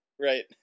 Right